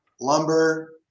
lumber